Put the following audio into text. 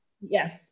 Yes